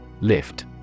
Lift